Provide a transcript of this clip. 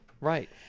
Right